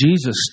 Jesus